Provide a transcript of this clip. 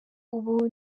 ubu